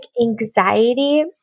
anxiety